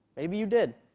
maybe you did.